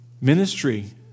Ministry